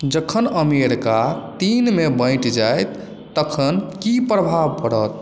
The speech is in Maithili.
जखन अमेरिका तीनमे बँटि जायत तखन की प्रभाव पड़त